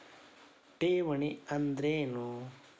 ಠೇವಣಿ ಅಂದ್ರೇನು?